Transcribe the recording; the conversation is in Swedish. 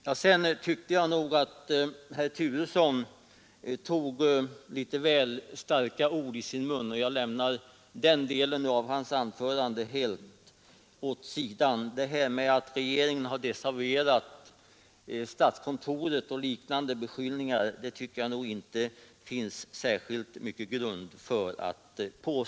Jag tyckte också att herr Turesson tog litet väl starka ord i sin mun, men jag lämnar den delen av herr Turessons anförande åt sidan. Påståendet att regeringen har desavuerat statskontoret och liknande beskyllningar tycker jag att det inte finns särskilt mycket grund för.